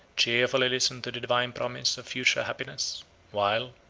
cheerfully listen to the divine promise of future happiness while,